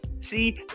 See